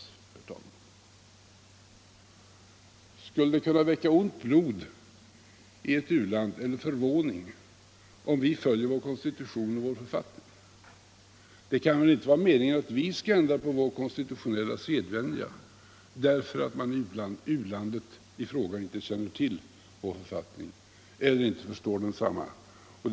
Skulle det kunna väcka ont blod eller förvåning i ett u-land om vi följer vår konstitution och vår författning? Det kan väl inte vara meningen att vi skall ändra vår konstitutionella sedvänja därför att man i u-landet i fråga inte känner till eller förstår vår författning?